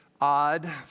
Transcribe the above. odd